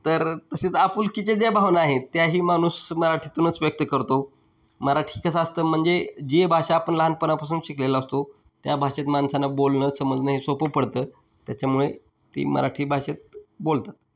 तर तसेच आपुलकीच्या ज्या भावना आहेत त्याही माणूस मराठीतूनच व्यक्त करतो मराठी कसं असतं म्हणजे जे भाषा आपण लहानपणापासून शिकलेला असतो त्या भाषेत माणसानं बोलणं समजणं हे सोपं पडतं त्याच्यामुळे ती मराठी भाषेत बोलतात